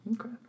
Okay